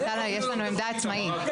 יש לנו עמדה עצמאית.